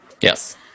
Yes